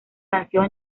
canción